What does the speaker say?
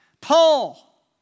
Paul